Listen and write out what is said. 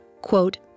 quote